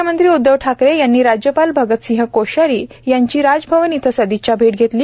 म्ख्यमंत्री उद्बव ठाकरे यांनी राज्यपाल भगतसिंह कोश्यारी यांची राज भवन येथे सदिच्छा भेट घेतली